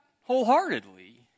wholeheartedly